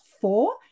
four